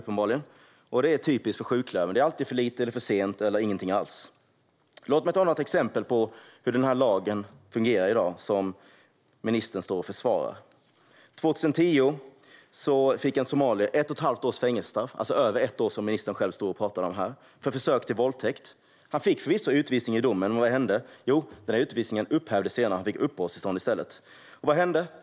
Det är typiskt för sjuklövern - det är alltid för lite eller för sent eller ingenting alls. Låt mig ta några exempel på hur lagen som ministern försvarar fungerar i dag. År 2010 fick en somalier ett och halvt års fängelse - alltså över ett år, som ministern talade om här - för försök till våldtäkt. Han fick förvisso utvisning i domen, men vad hände? Jo, utvisningen upphävdes senare, och han fick uppehållstillstånd i stället. Vad hände då?